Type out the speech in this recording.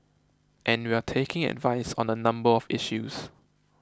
and we're taking advice on a number of issues